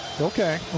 Okay